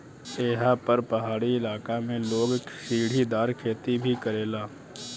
एहा पर पहाड़ी इलाका में लोग सीढ़ीदार खेती भी करेला